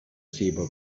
zebra